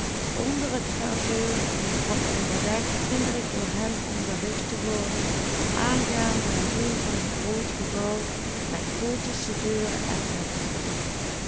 een groot gebouw met gotische deuren en vensters